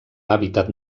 hàbitat